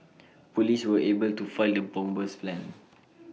Police were able to foil the bomber's plans